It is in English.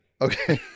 Okay